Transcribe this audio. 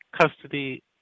custody